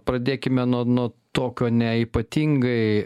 pradėkime nuo nuo tokio ne ypatingai